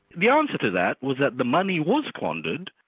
the ah answer to that was that the money was squandered,